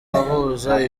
ahuza